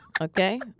Okay